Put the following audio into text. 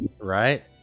Right